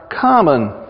common